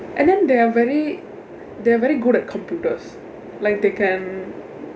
and then they are very they are very good at computers like they can